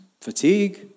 Fatigue